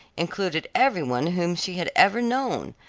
included every one whom she had ever known,